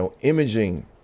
imaging